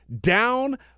down